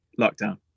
lockdown